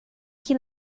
que